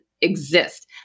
exist